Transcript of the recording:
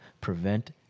prevent